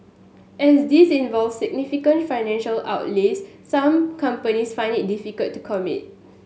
as these involve significant financial outlays some companies find it difficult to commit